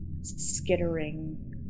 skittering